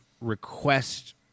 request